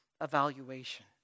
evaluation